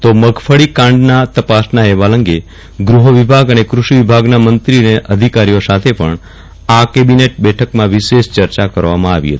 તો મગફળી કાંડના તપાસના અફેવાલ અંગે ગૃફ વિભાગ અને કૃષિ વિભાગના મંત્રી તથા અધિકારીઓ સાથે પણ આ કેબિનેટ બેઠકમાં વિશેષ ચર્ચા કરવામાં આવી હતી